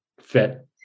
fit